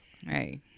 hey